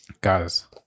Guys